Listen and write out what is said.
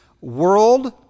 world